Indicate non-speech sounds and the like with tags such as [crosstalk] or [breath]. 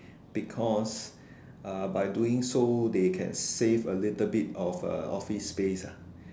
because [breath] uh by doing so they can save a little bit of uh office space ah